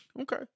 Okay